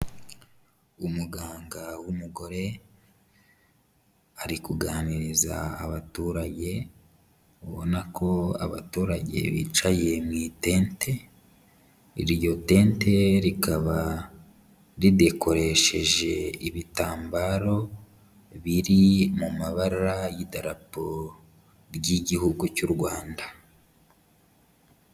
Umuganga w'umugore ari kuganiriza abaturage, ubona ko abaturage bicaye mu itente, iryo tente rikaba ridekoresheje ibitambaro biri mu mabara y'Idarapo ry'Igihugu cy'u Rwanda.